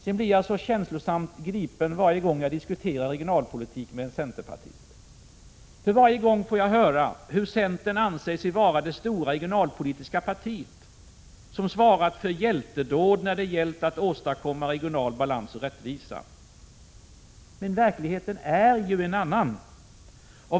Jag blir så känslosamt gripen varje gång jag diskuterar regionalpolitik med en centerpartist. Varje gång får jag höra hur centern anser sig vara det stora regionalpolitiska partiet, som svarat för hjältedåd när det gällt att åstadkomma regional balans och rättvisa. Men verkligheten är ju en annan!